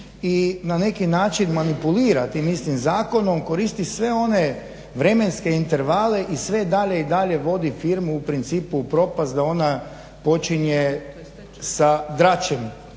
i na neki način manipulira tim istim zakonom, koristi sve one vremenske intervale i sve dalje i dalje vodi firmu u principu u propast da ona počinje sa dračem